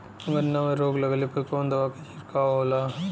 गन्ना में रोग लगले पर कवन दवा के छिड़काव होला?